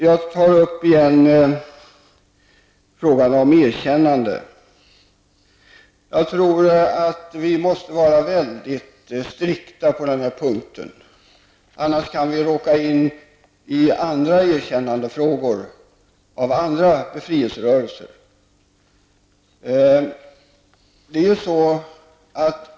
Jag tar återigen upp frågan om erkännande. Jag tror att vi måste vara väldigt strikta på den punkten. Annars kan vi råka in i besvärligheter i andra erkännandefrågor, som gäller andra befrielserörelser.